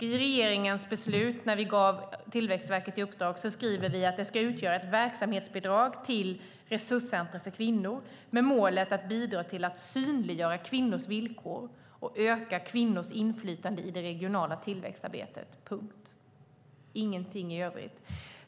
I regeringens beslut, när vi gav Tillväxtverket uppdraget, skriver vi att det ska utgöra ett verksamhetsbidrag till resurscentrum för kvinnor med målet att bidra till att synliggöra kvinnors villkor och öka kvinnors inflytande i det regionala tillväxtarbetet. Punkt - ingenting i övrigt.